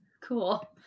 Cool